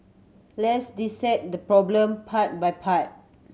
let's dissect the problem part by part